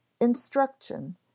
instruction